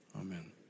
Amen